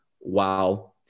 wow